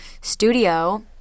studio